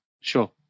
sure